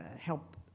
help